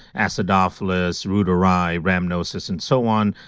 acidophilus, reuteri, rhamnosus and so on.